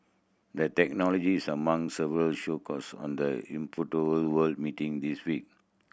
the technology is among several show course on the World meeting this week